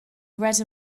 red